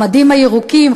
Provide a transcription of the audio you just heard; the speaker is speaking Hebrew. המדים הירוקים,